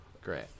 Great